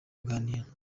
baganira